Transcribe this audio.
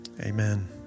amen